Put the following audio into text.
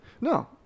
No